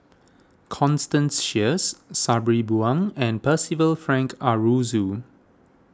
Constance Sheares Sabri Buang and Percival Frank Aroozoo